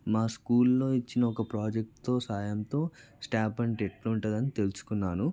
మా స్కూల్లో ఇచ్చిన ఒక ప్రాజెక్టుతో సాయంతో స్టాంప్ అంటే ఎట్లా ఉంటుంది అని తెలుసుకున్నాను